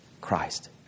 Christ